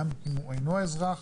גם אם הוא אינו אזרח,